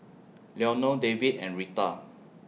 Leonore David and Reatha